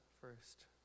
first